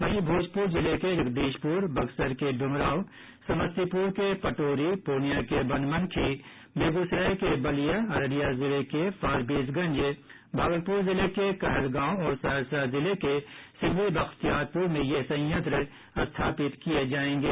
वहीं भोजपुर जिले के जगदीशपुर बक्सर के ड्मराव समस्तीपुर के पटोरी पूर्णिया के वनमनखी बेगूसराय के बलिया अररिया जिले के फारबिसगंज भागलपुर जिले के कहलगांव और सहरसा जिले के सिमरी बख्तियारपुर में यह संयंत्र स्थापित किये जायेंगे